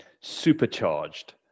supercharged